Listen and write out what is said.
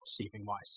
receiving-wise